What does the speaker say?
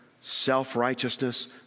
self-righteousness